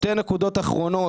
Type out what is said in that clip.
שתי נקודות אחרונות.